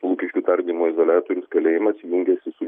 lukiškių tardymo izoliatorius kalėjimas jungiasi su